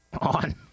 on